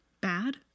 bad